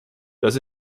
das